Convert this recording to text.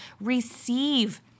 Receive